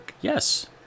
Yes